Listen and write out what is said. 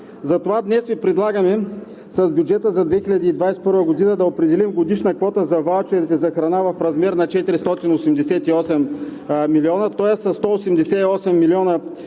Затова днес Ви предлагаме с бюджета за 2021 г. да определим годишна квота за ваучерите за храна в размер на 488 милиона, тоест със 188 милиона